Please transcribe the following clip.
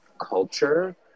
culture